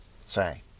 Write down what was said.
Say